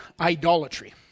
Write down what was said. idolatry